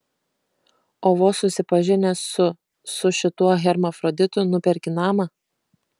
o vos susipažinęs su su šituo hermafroditu nuperki namą